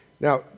Now